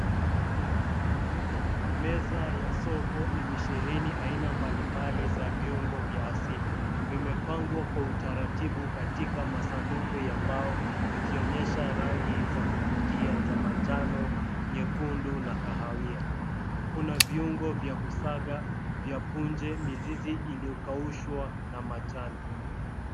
Meza ya soko imesheheni aina mbalimbali za viungo vya asili. Vimepangwa kwa utaratibu katika masanduku ya mbao, vikionyesha rangi za kuvutia za manjano, nyekundu na kahawia. Kuna viungo vya kusaga vya punje, mizizi iliyokaushwa na majani.